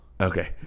Okay